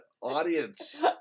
audience